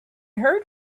heard